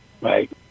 Right